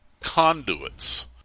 conduits